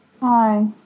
Hi